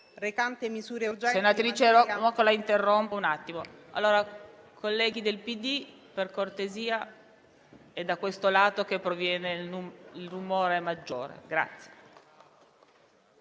Senatrice Nocco, la interrompo un attimo. Colleghi del PD, per cortesia: è da questo lato che proviene il rumore maggiore. NOCCO,